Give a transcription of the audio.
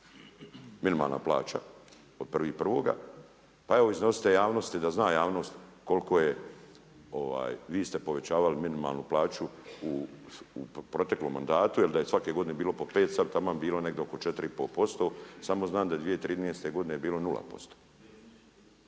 minimalna plaća od 1.1. a evo iznosite javnosti da zna javnost koliko je, vi ste povećavali minimalnu plaću u proteklom mandatu jer da je svake godine bilo po 5, sada bi taman bilo negdje oko 4,5%. Samo znam da je 2013. godine bilo 0%.